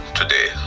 today